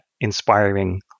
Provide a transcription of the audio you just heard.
inspiring